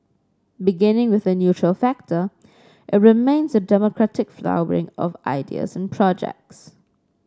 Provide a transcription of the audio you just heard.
beginning with a neutral facilitator it remains a democratic flowering of ideas and projects